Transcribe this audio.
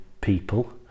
people